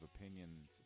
opinions